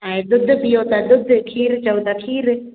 ऐं ॾुधु पीओ त ॾुधु खीरु चओ त खीरु